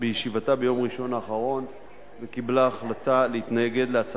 בישיבתה ביום ראשון האחרון והחליטה להתנגד לה.